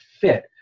fit